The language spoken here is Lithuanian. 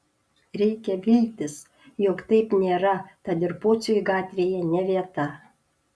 reikia viltis jog taip nėra tad ir pociui gatvėje ne vieta